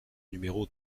numéro